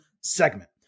segment